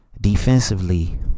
defensively